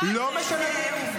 -- אתה שקרן, זו עובדה.